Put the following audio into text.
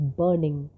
burning